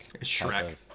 shrek